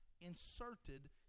inserted